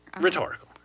Rhetorical